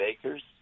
acres